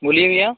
बोलिए भैया